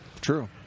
True